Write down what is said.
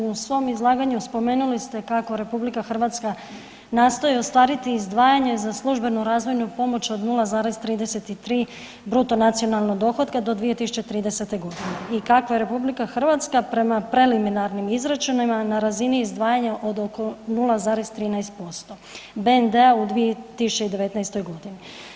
U svom izlaganju spomenuli ste kako RH nastoji ostvariti izdvajanje za službenu razvojnu pomoć od 0,33 bruto nacionalnog dohotka do 2030. godine i kako je RH prema preliminarnim izračunima na razini izdvajanja od oko 0,13% BND-a u 2019. godini.